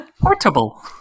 Portable